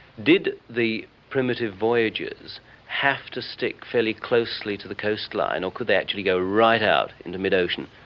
did the primitive voyagers have to stick fairly closely to the coastline or could they actually go right out into mid-ocean?